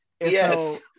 Yes